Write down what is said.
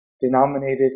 denominated